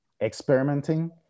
experimenting